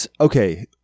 okay